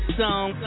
song